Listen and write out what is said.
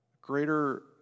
greater